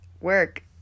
work